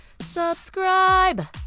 subscribe